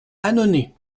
annonay